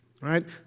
right